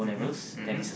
mmhmm mmhmm